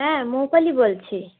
হ্যাঁ মৌপালি বলছি